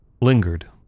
lingered